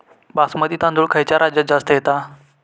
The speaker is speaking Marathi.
बासमती तांदूळ खयच्या राज्यात जास्त येता?